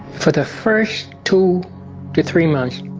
for the first two to three months,